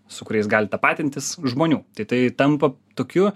su kuriais gali tapatintis žmonių tai tai tampa tokiu